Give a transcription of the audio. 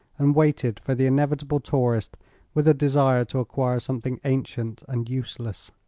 and waited for the inevitable tourist with a desire to acquire something ancient and useless.